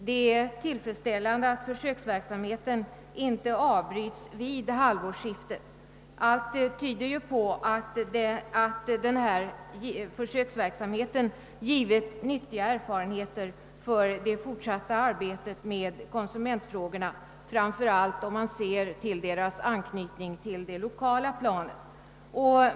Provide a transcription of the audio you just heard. Det är tillfredsställande att den försöksverksamhet som pågår inte avbrytes vid halvårsskiftet, ty allt tyder på att den verksamheten har givit nyttiga erfarenheter för det fortsatta arbetet med konsumentfrågorna, framför allt om man ser till deras anknytning till lokala förhållanden.